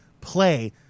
play